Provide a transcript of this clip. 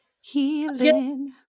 healing